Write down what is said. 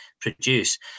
produce